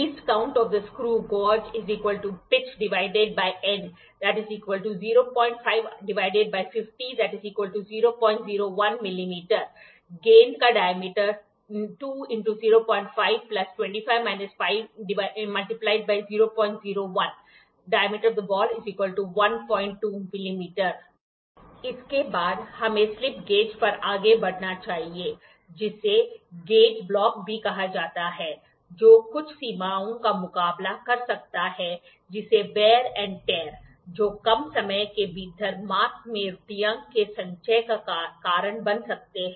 Least Count LC of the Screw Gauge 001 मिमी गेंद का diameter 2 × 05 × 001 Diameter of the Ball • 12 मिमी इसके बाद हमें स्लिप गेज पर आगे बढ़ना चाहिए जिसे गेज ब्लॉक भी कहा जाता है जो कुछ सीमाओं का मुकाबला कर सकता है जैसे घिस पिस जो कम समय के भीतर माप में त्रुटियों के संचय का कारण बन सकते हैं